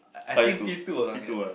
I I think P two or something